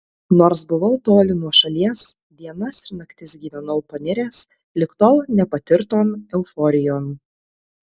nors buvau toli nuo šalies dienas ir naktis gyvenau paniręs lig tol nepatirton euforijon